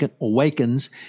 Awakens